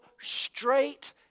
straight